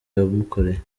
yamukoreye